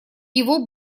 его